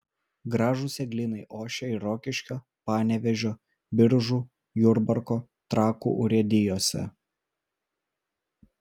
gražūs eglynai ošia ir rokiškio panevėžio biržų jurbarko trakų urėdijose